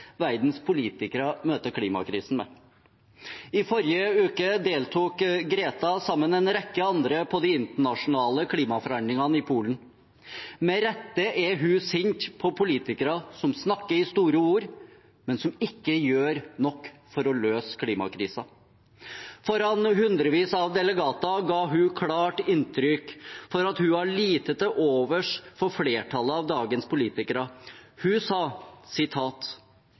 verdens politikere møter klimakrisen med. I forrige uke deltok Greta, sammen med en rekke andre, i de internasjonale klimaforhandlingene i Polen. Med rette er hun sint på politikere som snakker i store ord, men som ikke gjør nok for å løse klimakrisen. Foran hundrevis av delegater ga hun klart uttrykk for at hun har lite til overs for flertallet av dagens politikere. Hun sa: